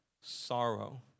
sorrow